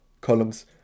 columns